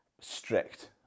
strict